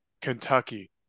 Kentucky